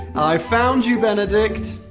i found you benedict